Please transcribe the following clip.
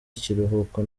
ikiruhuko